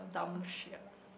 dumb shit ah